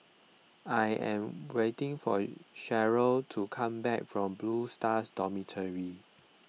I am waiting for Cheryl to come back from Blue Stars Dormitory